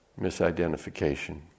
misidentification